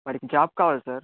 వాడికి జాబ్ కావాలి సార్